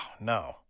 no